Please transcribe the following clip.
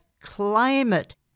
climate